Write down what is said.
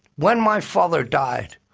when my father died,